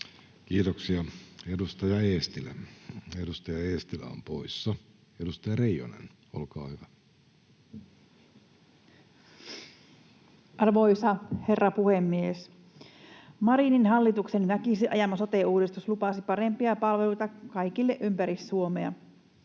Eestilä, edustaja Eestilä on poissa. — Edustaja Reijonen, olkaa hyvä. Arvoisa herra puhemies! Marinin hallituksen väkisin ajama sote-uudistus lupasi parempia palveluita kaikille ympäri Suomea.